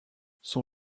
son